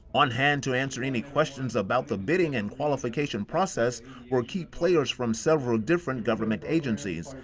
on hand to answer any questions about the bidding and qualification process were key players from several different government agencies,